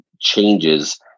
changes